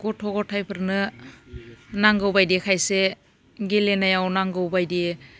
गथ' गथायफोरनो नांगौ बायदि खायसे गेलेनायाव नांगौ बायदि